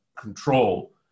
control